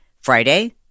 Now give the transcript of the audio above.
Friday